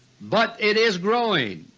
but it is growing.